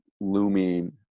looming